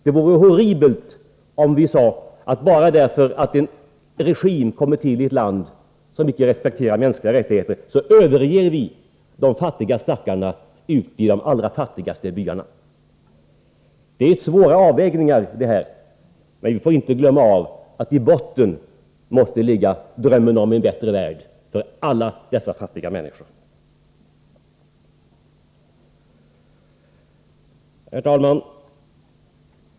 Det vore horribelt om vi sade, att bara därför att ett land har fått en regim som icke respekterar mänskliga rättigheter skall vi överge de fattiga stackarna ute i de allra sämst ställda byarna. Det gäller svåra avvägningar, men vi får inte glömma att vi som en grund för våra insatser måste ha målet en bättre värld för alla dessa fattiga människor. Herr talman!